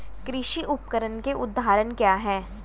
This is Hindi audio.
कृषि उपकरण के उदाहरण क्या हैं?